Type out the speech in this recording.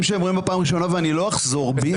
שנאמרים בפעם הראשונה ואני לא אחזור בי.